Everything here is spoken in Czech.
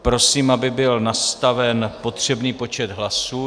Prosím, aby byl nastaven potřebný počet hlasů.